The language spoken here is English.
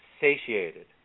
satiated